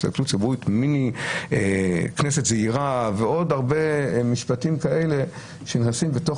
הסתכלות ציבורית מכנסת זעירה ועוד הרבה משפטים כאלה שנמצאים בתוך